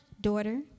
daughter